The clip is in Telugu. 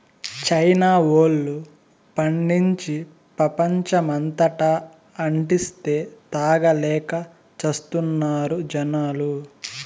చైనా వోల్లు పండించి, ప్రపంచమంతటా అంటిస్తే, తాగలేక చస్తున్నారు జనాలు